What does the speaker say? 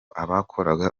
abakoraga